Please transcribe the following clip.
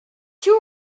too